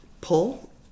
pull